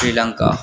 Sri Lanka